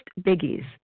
biggies